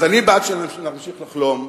אז אני בעד שנמשיך לחלום,